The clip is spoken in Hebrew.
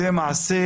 זה מעשה